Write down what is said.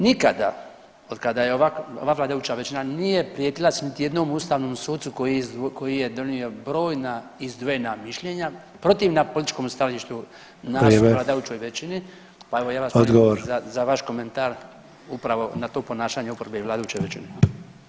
Nikada od kada je ova vladajuća većina nije prijetila niti jednom ustavnom sucu koji je donio brojna izdvojena mišljenja protivna političkom stajalištu nas u vladajućoj većini, [[Upadica Sanader: Vrijeme.]] pa evo ja vas molim za vaš komentar upravo na to ponašanje oporbe i vladajuće većine.